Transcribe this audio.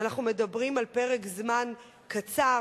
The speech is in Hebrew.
ואנחנו מדברים על פרק זמן קצר,